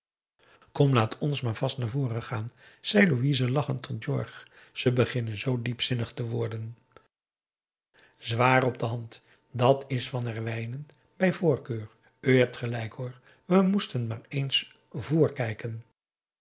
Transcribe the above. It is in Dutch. kom laat ons maar vast naar voren gaan zei louise lachend tot jorg ze beginnen zoo diepzinnig te worden zwaar op de hand dat is van herwijnen bij voorkeur u hebt gelijk hoor we moesten maar eens vr kijken